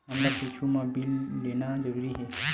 हमला कुछु मा बिल लेना जरूरी हे?